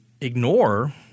ignore